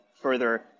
further